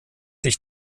sich